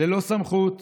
ללא סמכות